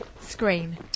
screen